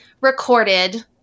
recorded